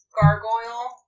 gargoyle